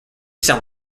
sound